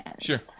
Sure